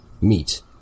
meet